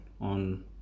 on